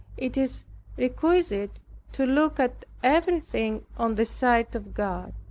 it is requisite to look at everything on the side of god.